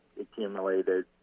accumulated